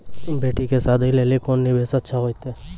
बेटी के शादी लेली कोंन निवेश अच्छा होइतै?